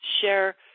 share